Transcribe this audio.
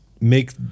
make